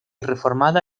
reformada